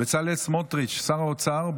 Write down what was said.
בצלאל סמוטריץ', שר האוצר.